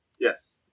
Yes